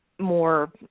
more